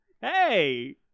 hey